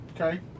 Okay